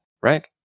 right